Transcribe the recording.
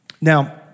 Now